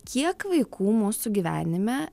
kiek vaikų mūsų gyvenime